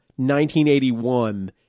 1981